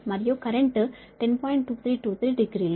2323 degree లు